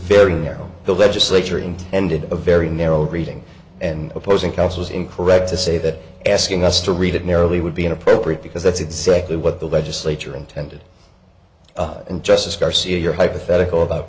very narrow the legislature intended a very narrow reading and opposing counsel is incorrect to say that asking us to read it merely would be inappropriate because that's exactly what the legislature intended and justice garcia your hypothetical about